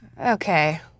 Okay